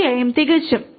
തീർച്ചയായും തികച്ചും